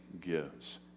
gives